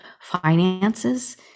finances